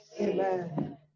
Amen